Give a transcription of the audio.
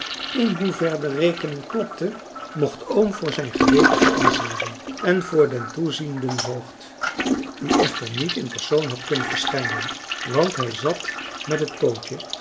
in hoever de rekening klopte mocht oom voor zijn geweten verantwoorden en voor den toezienden voogd die echter niet in persoon had kunnen verschijnen want hij zat met het